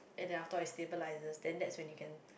and then afterall it stabalises then that's when you can